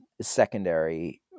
secondary